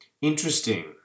interesting